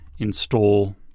install